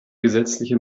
gesetzliche